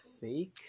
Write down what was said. fake